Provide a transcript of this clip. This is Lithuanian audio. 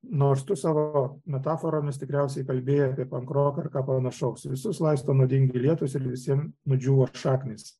nors tu savo metaforomis tikriausiai kalbėjai apie pankroką ar ką panašaus visus laisto nuodingi lietūs ir nudžiūvo šaknys